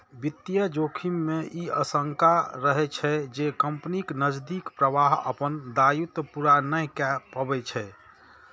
वित्तीय जोखिम मे ई आशंका रहै छै, जे कंपनीक नकदीक प्रवाह अपन दायित्व पूरा नहि कए पबै छै